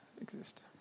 exist